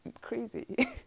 crazy